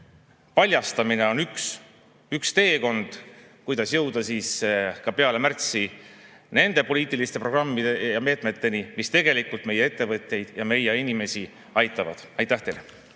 paljastamine on üks teekond, kuidas jõuda peale märtsi nende poliitiliste programmide ja meetmeteni, mis tegelikult meie ettevõtteid ja meie inimesi aitavad. Aitäh teile!